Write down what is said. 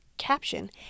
caption